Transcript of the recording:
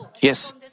Yes